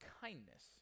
kindness